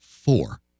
Four